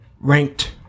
ranked